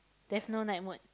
there's no night mode